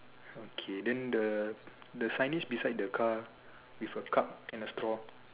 okay then the the signage beside the car with a cup and a straw